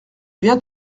viens